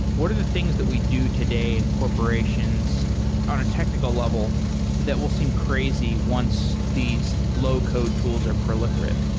what are the things that we do today in corporations on a technical level that will seem crazy once these low-code tools are proliferated?